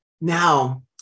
Now